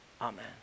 amen